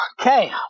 Okay